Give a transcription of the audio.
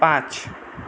पाँच